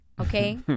okay